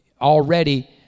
already